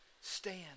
stand